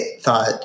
thought